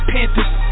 Panthers